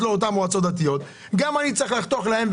המקומית בדירוג תשע נקודות ומעלה 25%; שבע עד שמונה נקודות 40%;